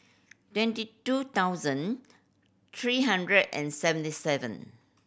twenty two thousand three hundred and seventy seven